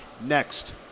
next